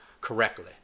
correctly